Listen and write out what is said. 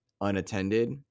unattended